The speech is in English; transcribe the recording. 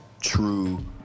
true